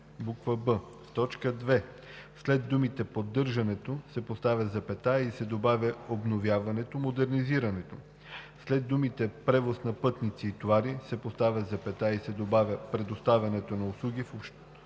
б) в т. 2 след думата „поддържането“ се поставя запетая и се добавя „обновяването, модернизирането“, след думите „превоза на пътници и товари“ се поставя запетая и се добавя „предоставянето на услуги в